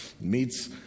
meets